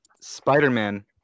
Spider-Man